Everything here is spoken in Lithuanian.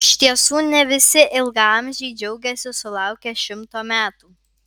iš tiesų ne visi ilgaamžiai džiaugiasi sulaukę šimto metų